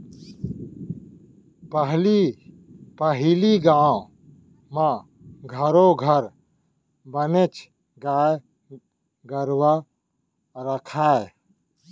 पहली पहिली गाँव म घरो घर बनेच गाय गरूवा राखयँ